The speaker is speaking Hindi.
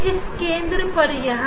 इस केंद्र पर यहां